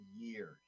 years